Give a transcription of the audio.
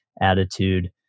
attitude